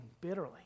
bitterly